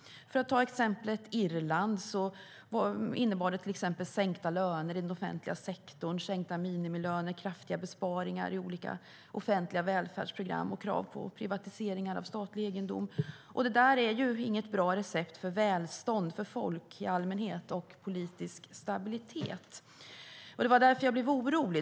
För att ta exemplet Irland innebar det exempelvis sänkta löner i den offentliga sektorn, sänkta minimilöner, kraftiga besparingar i olika offentliga välfärdsprogram och krav på privatiseringar av statlig egendom. Det där är inget bra recept för välstånd för folk i allmänhet och för politisk stabilitet. Det var därför jag blev orolig.